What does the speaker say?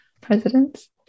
Presidents